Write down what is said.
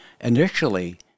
initially